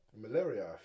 Malaria